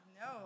No